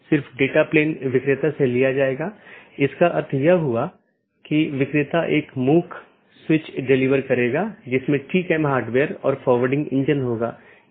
उदाहरण के लिए एक BGP डिवाइस को इस प्रकार कॉन्फ़िगर किया जा सकता है कि एक मल्टी होम एक पारगमन अधिकार के रूप में कार्य करने से इनकार कर सके